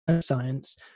science